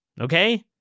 Okay